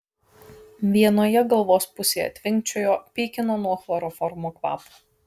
vienoje galvos pusėje tvinkčiojo pykino nuo chloroformo kvapo